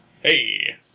Hey